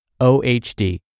OHD